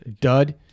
dud